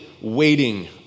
waiting